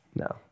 No